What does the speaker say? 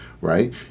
right